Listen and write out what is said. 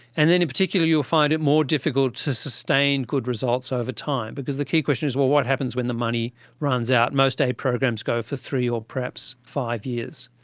and in particular you'll find it more difficult to sustain good results over time because the key question is what what happens when the money runs out? most aid programs go for three or perhaps five years.